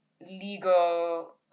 legal